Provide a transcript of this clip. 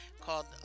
called